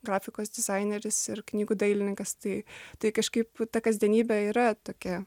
grafikos dizaineris ir knygų dailininkas tai tai kažkaip ta kasdienybė yra tokia